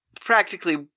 practically